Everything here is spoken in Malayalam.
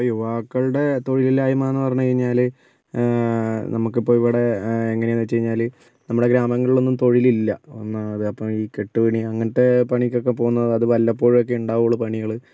അയ്യോ യുവാക്കൾടെ തൊഴിലില്ലായ്മന്നു പറഞ്ഞ് കഴിഞ്ഞാൽ നമുക്കിപ്പോൾ ഇവിടെ എങ്ങനാന്ന് വെച്ചു കഴിഞ്ഞാൽ നമ്മുടെ ഗ്രാമങ്ങളിലൊന്നും തൊഴിലില്ല ഒന്നാമത് അപ്പോൾ ഈ കെട്ടുപണി അങ്ങനത്തെ പണിക്കൊക്കെ പോകുന്നത് അത് വല്ലപ്പോഴൊക്കെ ഉണ്ടാവുളളു പണികൾ